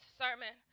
sermon